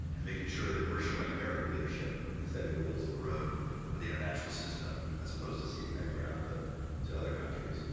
and making sure that we're showing american leadership and setting the rules of the road for the international system as opposed to seating that ground ah to other countries.